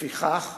לפיכך,